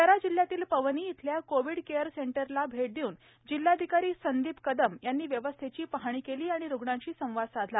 भंडारा जिल्ह्यातील पवनी इथल्या Covid care सेंटरला भेट देऊन जिल्हाधिकारी संदीप कदम यांनी व्यवस्थेची पाहणी केली आणि रूग्णांशी संवाद साधला